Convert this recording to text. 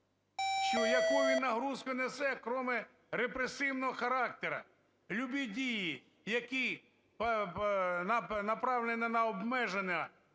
Яку він нагрузку несе, кроме репресивного характеру? Любі дії, які направлені на обмеження